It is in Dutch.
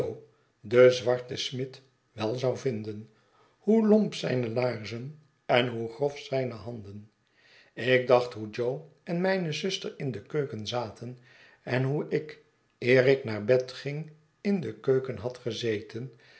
den zwarten smid wel zou vinden hoe lomp zijne laarzen en hoe grof zijne handen ik dacht hoe jo en mijne zuster in de keuken zaten en hoe ik eer ik naar bed ging in de keuken had gezeten